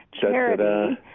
Charity